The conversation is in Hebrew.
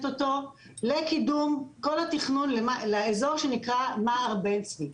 אותו לקידום כל התכנון לאזור שנקרא מע"ר בן צבי.